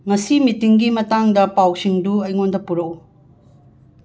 ꯉꯁꯤ ꯃꯤꯇꯤꯡꯒꯤ ꯃꯇꯥꯡꯗ ꯄꯥꯎꯁꯤꯡꯗꯨ ꯑꯩꯉꯣꯟꯗ ꯄꯨꯔꯛꯎ